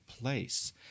place